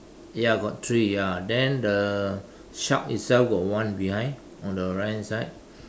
ya got three ya then the shark itself got one behind on the right hand side